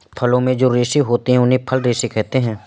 फलों में जो रेशे होते हैं उन्हें फल रेशे कहते है